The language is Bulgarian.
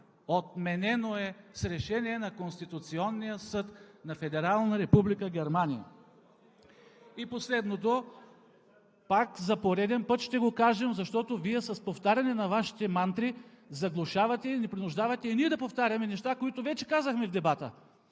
Отменено е с решение на Конституционния съд на Федерална Република Германия! И последното. Пак за пореден път ще го кажа, защото Вие с повтаряне на Вашите мантри заглушавате и ни принуждавате и ние да повтаряме неща, които вече казахме в дебата.